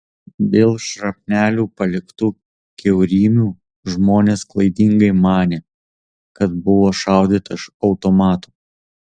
dėl šrapnelių paliktų kiaurymių žmonės klaidingai manė kad buvo šaudyta iš automatų